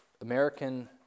American